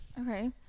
Okay